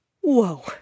Whoa